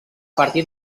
partir